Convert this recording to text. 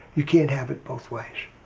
you can't have it both ways.